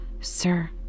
sir